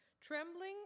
Trembling